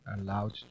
allowed